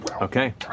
Okay